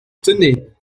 tenez